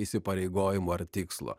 įsipareigojimo ar tikslo